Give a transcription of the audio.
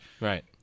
Right